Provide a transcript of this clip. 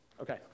Okay